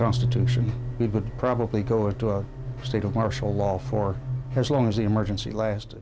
constitution it would probably go into a state of martial law for as long as the emergency last